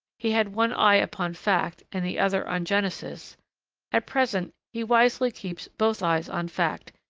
he had one eye upon fact, and the other on genesis at present, he wisely keeps both eyes on fact,